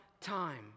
time